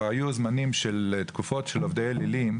והיו תקופות של עובדי אלילים,